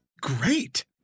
great